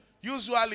usually